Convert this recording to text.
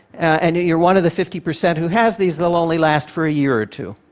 and you're one of the fifty percent who has these, they'll only last for a year or two.